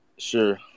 Sure